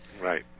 Right